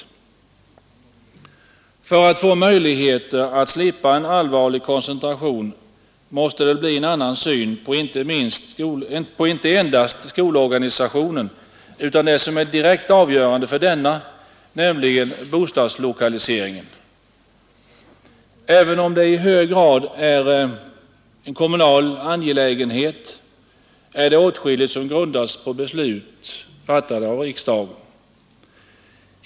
För att vi skall få möjligheter att slippa en allvarlig koncentration måste det bli en annan syn på inte endast skolorganisationen utan också det som är direkt avgörande för denna, nämligen bostadslokaliseringen. Även om det i hög grad gäller en kommunal angelägenhet är det åtskilligt som grundas på beslut, fattade av riksdagen.